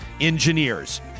engineers